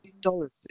dollars